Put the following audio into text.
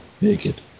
Naked